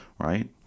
right